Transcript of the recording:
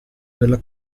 della